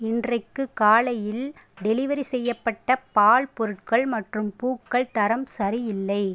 இன்றைக்கு காலையில் டெலிவரி செய்யப்பட்ட பால் பொருட்கள் மற்றும் பூக்கள் தரம் சரியில்லை